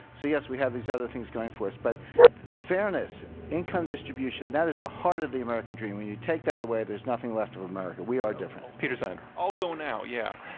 so yes, we have these other things going for us, but fairness, income distribution, that is the heart of the american dream. when you take that away there's nothing left of america. we are different. peter zeihan. i'll go now. yeah.